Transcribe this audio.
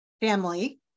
family